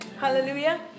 Hallelujah